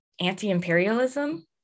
anti-imperialism